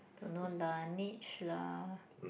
don't know Laneige lah